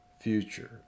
future